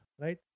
right